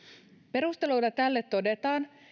perusteluina tälle todetaan